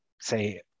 say